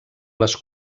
les